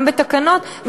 גם בתקנות,